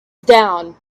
down